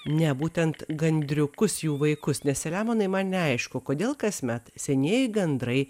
ne būtent gandriukus jų vaikus nes selemonai man neaišku kodėl kasmet senieji gandrai